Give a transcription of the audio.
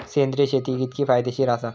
सेंद्रिय शेती कितकी फायदेशीर आसा?